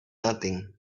nothing